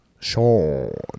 Sean